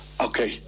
Okay